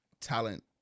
talent